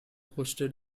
hosted